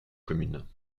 commune